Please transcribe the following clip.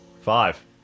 five